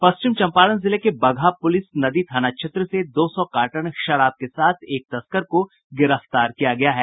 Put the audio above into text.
पश्चिमी चंपारण जिले के बगहा प्रलिस नदी थाना क्षेत्र से दो सौ कार्टन शराब के साथ एक तस्कर को गिरफ्तार किया गया है